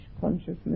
consciousness